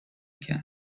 کرد